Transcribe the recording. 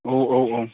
औ औ औ